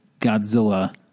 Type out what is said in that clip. Godzilla